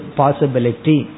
possibility